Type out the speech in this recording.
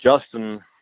Justin